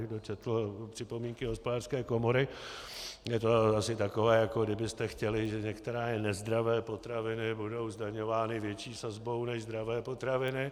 Kdo četl připomínky Hospodářské komory, je to asi takové, jako kdybyste chtěli, že některé nezdravé potraviny budou zdaňovány větší sazbou než zdravé potraviny.